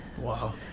Wow